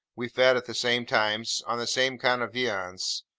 we fed at the same times, on the same kind of viands,